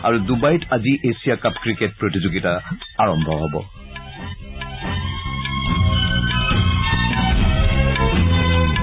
আৰু ডুবাইত আজি এছিয়া কাপ ক্ৰিকেট প্ৰতিযোগিতা আৰম্ভ হ'ব